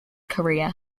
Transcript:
career